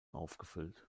aufgefüllt